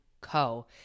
co